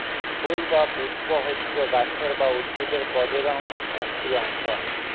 ফুল বা পুস্প হচ্যে গাছের বা উদ্ভিদের প্রজলন একটি অংশ